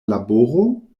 laboro